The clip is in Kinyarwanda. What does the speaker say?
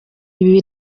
ibi